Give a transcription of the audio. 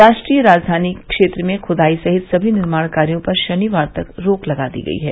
राष्ट्रीय राजधानी क्षेत्र में खुदाई सहित सभी निर्माण कायों पर शनिवार तक रोक लगा दी गई है